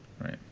Right